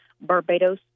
Barbados